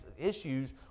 issues